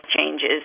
changes